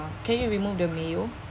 can you remove the mayo